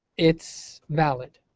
it's valid.